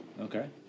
okay